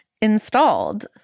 installed